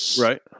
right